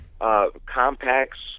compacts